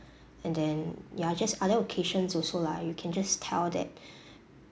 and then ya just other occasions also lah you can just tell that